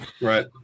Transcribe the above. Right